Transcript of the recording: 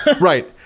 Right